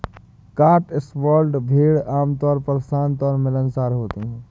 Cotswold भेड़ आमतौर पर शांत और मिलनसार होती हैं